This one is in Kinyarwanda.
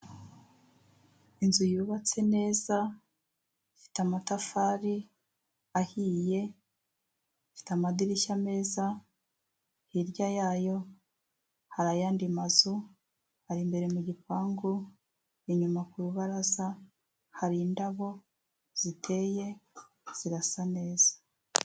Inzu yubatse neza ifite amatafari ahiye ifite amadirishya meza hirya yayo hari ayandi mazu ari imbere mu gipangu inyuma kubaraza hari indabo ziteye zirasa neza.